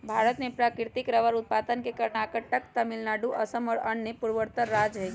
भारत में प्राकृतिक रबर उत्पादक के कर्नाटक, तमिलनाडु, असम और अन्य पूर्वोत्तर राज्य हई